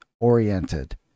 oriented